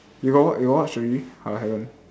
you got watch you got watch already or haven't